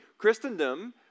Christendom